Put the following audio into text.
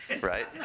right